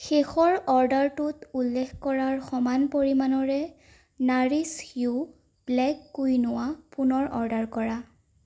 শেষৰ অৰ্ডাৰটোত উল্লেখ কৰাৰ সমান পৰিমাণৰে নাৰিছ য়ু ব্লেক কুইনোৱা পুনৰ অৰ্ডাৰ কৰা